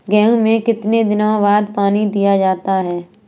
गेहूँ में कितने दिनों बाद पानी दिया जाता है?